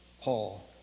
Paul